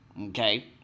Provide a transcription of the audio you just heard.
okay